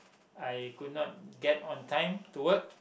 I could not get on time to work